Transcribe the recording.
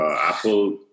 Apple